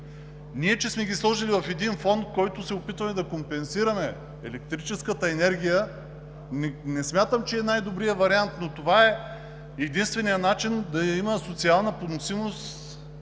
че ние сме ги сложили в един фонд, с който се опитваме да компенсираме електрическата енергия, не смятам, че е най-добрият вариант, но това е единственият начин да има социална поносимост